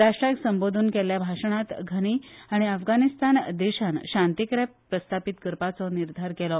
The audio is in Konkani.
राष्ट्राक संबोधून केल्ल्या भाषणात घनी हाणी अफगानीस्तान देशान शांतीकाय प्रस्तापित करपाचो निधार केलो